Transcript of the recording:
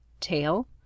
tail